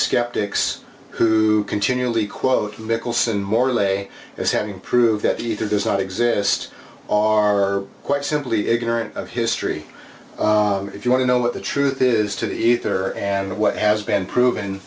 skeptics who ready continually quote mickelson more lay as having proved that he does not exist are quite simply ignorant of history if you want to know what the truth is to the ether and what has been proven